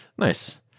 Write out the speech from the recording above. Nice